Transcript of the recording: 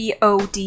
BOD